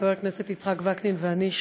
חבר הכנסת יצחק וקנין ואני,